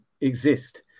exist